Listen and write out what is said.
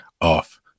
off